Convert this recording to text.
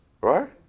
right